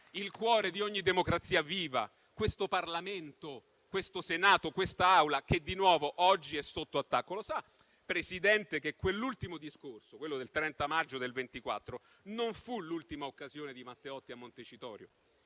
Il cuore di ogni democrazia viva, questo Parlamento, questo Senato, quest'Aula, che di nuovo oggi è sotto attacco. Lo sa, Presidente, che quell'ultimo discorso, quello del 30 maggio del 1924, non fu l'ultima occasione di Matteotti a Montecitorio?